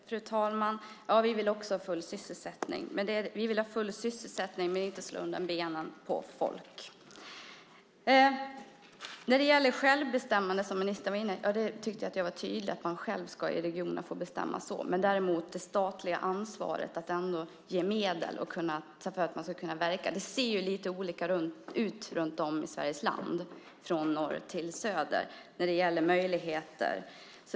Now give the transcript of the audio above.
Fru talman! Vi vill också ha full sysselsättning, men vi vill inte slå undan benen på folk. När det gäller självbestämmande som ministern var inne på tyckte jag att jag var tydlig med att man själv i regionerna ska få bestämma, men däremot ska det statliga ansvaret ändå vara att ge medel så att man kan verka. Det ser ju lite olika ut runt om i Sverige från norr till söder när det gäller möjligheter.